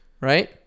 right